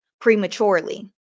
prematurely